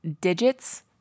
digits